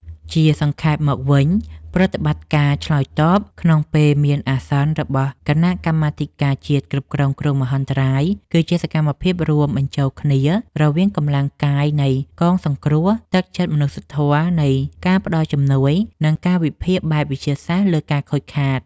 ជាសង្ខេបមកវិញ ប្រតិបត្តិការឆ្លើយតបក្នុងពេលមានអាសន្នរបស់គណៈកម្មាធិការជាតិគ្រប់គ្រងគ្រោះមហន្តរាយ គឺជាសកម្មភាពរួមបញ្ចូលគ្នារវាងកម្លាំងកាយនៃកងសង្គ្រោះ ទឹកចិត្តមនុស្សធម៌នៃការផ្តល់ជំនួយ និងការវិភាគបែបវិទ្យាសាស្ត្រលើការខូចខាត។